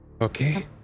Okay